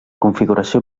configuració